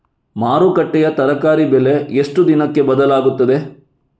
ಮಾರುಕಟ್ಟೆಯ ತರಕಾರಿ ಬೆಲೆ ಎಷ್ಟು ದಿನಕ್ಕೆ ಬದಲಾಗುತ್ತದೆ?